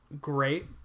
great